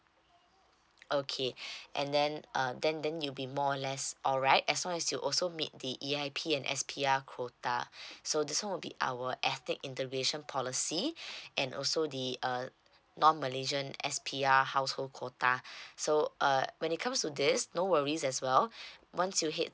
okay and then uh then then you be more less alright as long as you also meet the E_I_P and S_P_R quota so this one will be our etiquette integration policy and also the uh non malaysian S_P_R household quota so uh when it comes to this no worries as well once you head toward